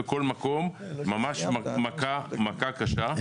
בכל מקום ממש מכה קשה.